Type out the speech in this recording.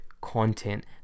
content